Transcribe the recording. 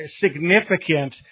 significant